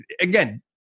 again